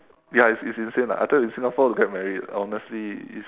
ya it's it's insane ah I tell you in singapore to get married honestly is